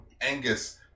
Angus